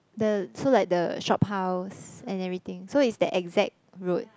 the so like the shop house and everything so is that exact road